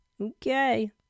Okay